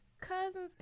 Cousins